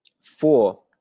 four